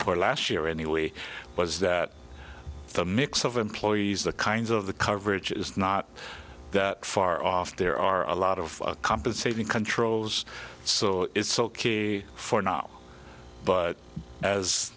for last year anyway was that the mix of employees the kinds of the coverage is not that far off there are a lot of compensating controls so it's ok for now but as